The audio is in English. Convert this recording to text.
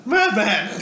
Madman